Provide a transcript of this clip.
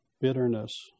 bitterness